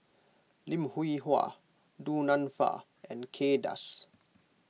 Lim Hwee Hua Du Nanfa and Kay Das